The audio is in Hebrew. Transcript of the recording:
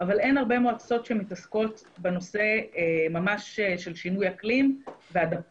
אבל אין הרבה מועצות שמתעסקות בנושא ממש של שינוי אקלים ואדפטציה.